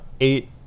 eight